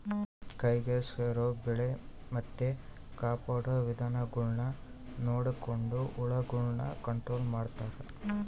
ಕೈಗೆ ಸೇರೊ ಬೆಳೆ ಮತ್ತೆ ಕಾಪಾಡೊ ವಿಧಾನಗುಳ್ನ ನೊಡಕೊಂಡು ಹುಳಗುಳ್ನ ಕಂಟ್ರೊಲು ಮಾಡ್ತಾರಾ